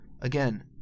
again